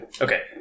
Okay